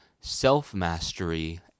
self-mastery